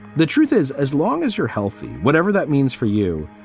the truth is, as long as you're healthy, whatever that means for you,